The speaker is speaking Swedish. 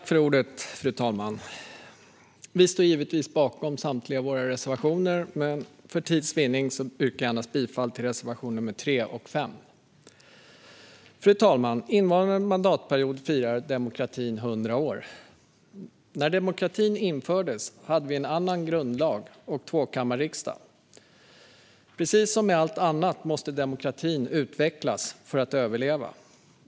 Fru talman! Vi står givetvis bakom samtliga våra reservationer, men för tids vinnande yrkar jag bifall endast till reservationerna 3 och 5. Fru talman! Innevarande mandatperiod firar demokratin 100 år. När demokratin infördes hade vi en annan grundlag och tvåkammarriksdag. Precis som med allt annat måste demokratin utvecklas för att överleva.